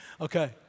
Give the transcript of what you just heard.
Okay